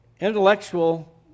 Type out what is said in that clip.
intellectual